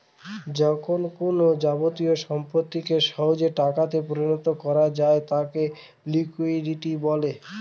যখন কোনো যাবতীয় সম্পত্তিকে সহজে টাকাতে পরিণত করা যায় তাকে লিকুইডিটি বলে